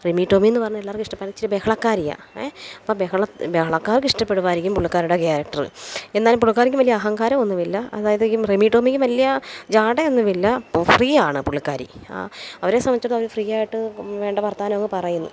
റിമി ടോമി എന്ന് പറഞ്ഞാൽ എല്ലാവർക്കും ഇഷ്ടപ്പെടാൻ ഇച്ചിരി ബഹളക്കാരിയാണ് ഏ അപ്പോൽ ബഹളക്കാർക്ക് ഇഷ്ടപ്പെടുമായിരിക്കും പുള്ളിക്കാരിയുടെ ക്യാരക്ടറ് എന്നാലും പുള്ളിക്കാരിക്കും വലിയ അഹങ്കാരം ഒന്നുമില്ല അതായത് റിമി ടോമിക്കും വലിയ ജാഡ ഒന്നുമില്ല ഫ്രീ ആണ് പുള്ളിക്കാരി അവരെ സംബന്ധിച്ചിടത്തോളം അവർ ഫ്രീ ആയിട്ട് വേണ്ട വർത്താനമൊക്കെ പറയുന്നു